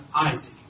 Isaac